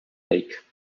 lake